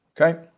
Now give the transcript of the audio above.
Okay